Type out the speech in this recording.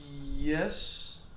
Yes